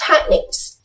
techniques